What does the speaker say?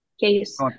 case